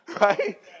Right